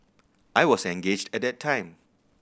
I was engaged at that time